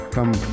Come